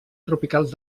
tropicals